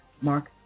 Mark